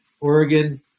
Oregon